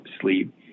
sleep